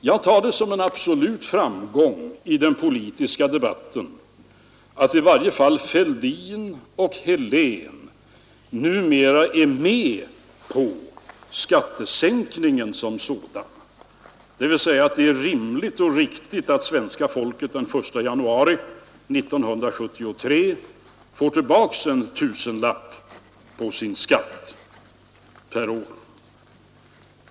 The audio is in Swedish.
Jag tar det som en absolut framgång i den politiska debatten att i varje fall herrar Fälldin och Helén numera är med på skattesänkningen som sådan, dvs. att det är rimligt och riktigt att svenska folket i gemen från den 1 januari 1973 får tillbaka en tusenlapp på sin skatt per år.